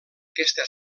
aquesta